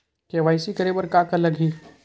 KYC करे बर का का लगही?